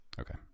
Okay